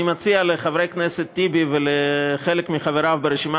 אני מציע לחבר הכנסת טיבי ולחלק מחבריו ברשימה